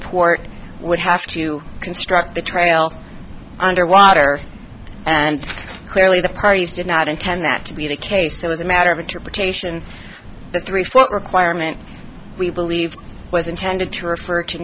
port would have to construct the trail under water and clearly the parties did not intend that to be the case it was a matter of interpretation but the response requirement we believe was intended to refer to